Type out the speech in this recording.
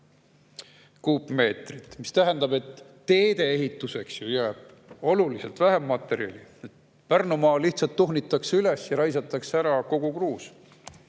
kuupmeetrit, mis tähendab, et teede ehituseks jääb oluliselt vähem materjali. Pärnumaa lihtsalt tuhnitakse üles ja raisatakse ära kogu kruus.